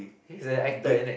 he's a actor isn't it